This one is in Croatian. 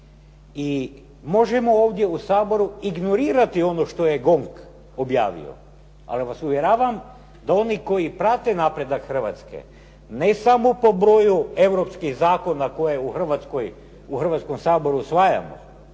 i možemo ovdje u Saboru ignorirati ono što je GONG objavio, ali vas uvjeravam da oni koji prate napredak Hrvatske ne samo po broju europskih zakona koji u Hrvatskoj, u Hrvatskom